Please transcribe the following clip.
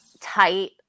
tight